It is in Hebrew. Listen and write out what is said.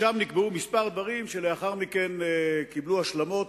שם נקבעו כמה דברים, ולאחר מכן הם קיבלו השלמות.